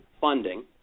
funding